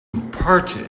parted